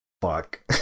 fuck